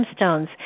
gemstones